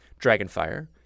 Dragonfire